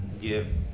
give